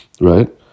right